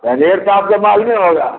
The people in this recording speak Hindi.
तो रेट तो आपके पास में होगा